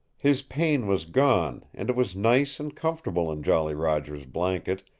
his pain was gone, and it was nice and comfortable in jolly roger's blanket,